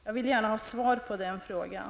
Jag vill gärna ha svar på den frågan.